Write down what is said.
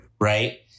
right